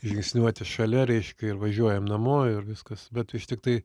žingsniuoti šalia reiškia ir važiuojam namo ir viskas bet vis tiktai